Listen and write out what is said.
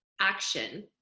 action